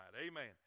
amen